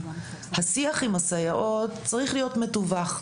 השיח עם הסייעות צריך להיות מתווך,